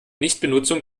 nichtbenutzung